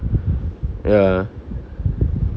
ya